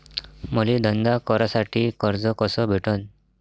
मले धंदा करासाठी कर्ज कस भेटन?